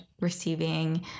receiving